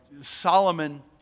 Solomon